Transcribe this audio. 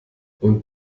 und